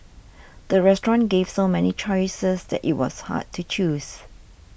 the restaurant gave so many choices that it was hard to choose